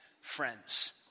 friends